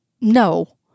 No